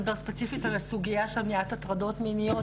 ספציפית על הסוגייה של מניעת הטרדות מיניות,